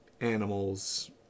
animals